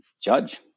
judge